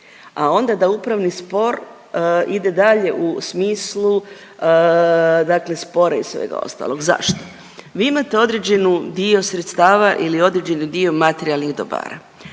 a onda da upravni spor ide dalje u smislu dakle spora i svega ostalog, zašto? Vi imate određeni dio sredstava ili određeni dio materijalnih dobara,